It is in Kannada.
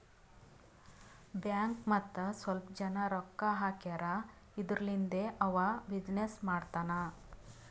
ಬ್ಯಾಂಕ್ ಮತ್ತ ಸ್ವಲ್ಪ ಜನ ರೊಕ್ಕಾ ಹಾಕ್ಯಾರ್ ಇದುರ್ಲಿಂದೇ ಅವಾ ಬಿಸಿನ್ನೆಸ್ ಮಾಡ್ತಾನ್